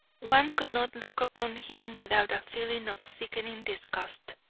one could not look upon him without a feeling of sickening disgust.